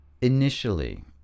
initially